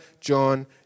John